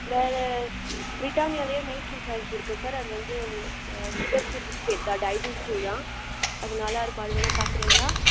வேறு ப்ரிட்டானியாலயே Nutri Choice இருக்கு சார் அது வந்து சுகர் ஃப்ரீ பிஸ்கெட் ட டைஜிஸ்டிவ் தான் அது நல்லா இருக்கும் அது வேணா பார்க்குறிங்களா